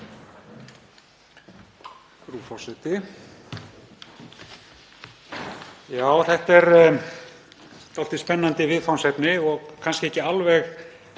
forseti. Já, þetta er dálítið spennandi viðfangsefni og kannski ekki alveg